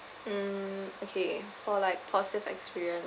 mm okay for like positive experience